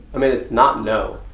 um it's not no.